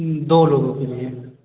हम्म दो लोगों के लिए